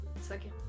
second